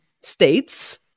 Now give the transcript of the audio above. States